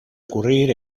ocurrir